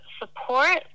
support